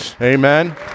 Amen